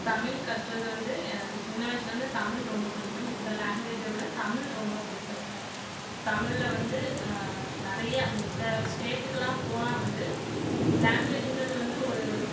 தமிழ் கற்றது வந்து எனக்கு சின்ன வயசுலேருந்தே தமிழ் ரொம்ப பிடிக்கும் மத்த லாங்வேஜை விட தமிழ் ரொம்ப பிடிக்கும் தமிழில் வந்து நிறைய மத்த ஸ்டேட்டுக்கெல்லாம் போனால் வந்து லாங்வேஜின்றது வந்து ஒரு